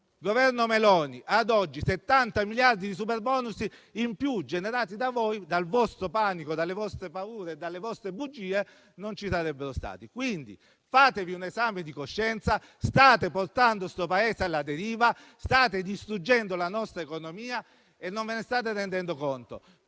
Governo ad oggi, i 70 miliardi in più di peso del superbonus in più generati da voi, dal vostro panico, dalle vostre paure, dalle vostre bugie non ci sarebbero stati. Fatevi, dunque, un esame di coscienza. State portando il Paese alla deriva. State distruggendo la nostra economia e non ve ne state rendendo conto.